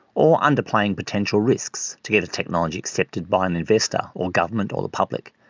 or underplaying potential risks to get a technology accepted by an investor or government or the public.